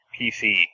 PC